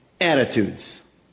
attitudes